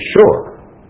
sure